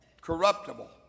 corruptible